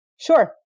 Sure